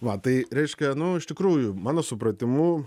va tai reiškia nu iš tikrųjų mano supratimu